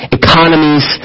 economies